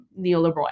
neoliberal